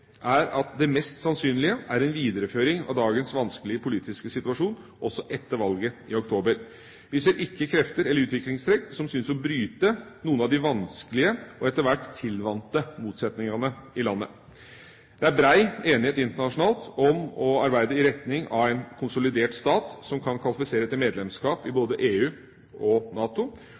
er at det mest sannsynlige er en videreføring av dagens vanskelige politiske situasjon – også etter valget i oktober. Vi ser ikke krefter eller utviklingstrekk som syns å bryte noen av de vanskelige og etter hvert tilvante motsetningene i landet. Det er bred enighet internasjonalt om å arbeide i retning av en konsolidert stat som kan kvalifisere til medlemskap i både EU og NATO.